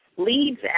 leads